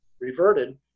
reverted